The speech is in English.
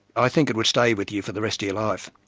i think it would stay with you for the rest of your life.